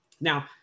Now